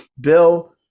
Bill